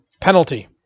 penalty